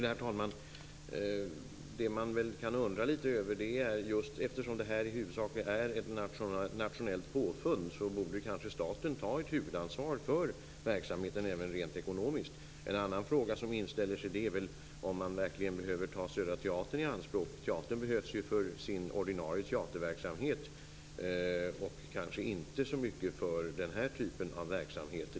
Herr talman! Det man kan undra litet över, eftersom detta huvudsakligen är ett nationellt påfund, är att staten kanske borde ta ett huvudansvar för verksamheten även rent ekonomiskt. En annan fråga som inställer sig är väl om man verkligen behöver ta Södra Teatern i anspråk. Teatern behövs för sin ordinarie teaterverksamhet och kanske inte så mycket för den här typen av verksamhet.